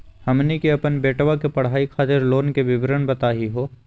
हमनी के अपन बेटवा के पढाई खातीर लोन के विवरण बताही हो?